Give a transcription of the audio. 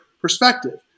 perspective